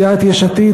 סיעת יש עתיד,